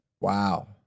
Wow